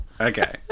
Okay